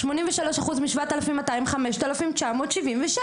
83% מ-7,200 זה 5,976,